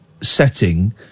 setting